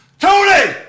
Tony